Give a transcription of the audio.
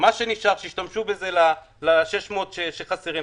מה שנשאר שישתמשו בו ל-600 מיליון שקל החסרים,